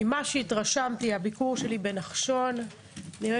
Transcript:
ממה שהתרשמתי מהביקור שלי בנחשון נראה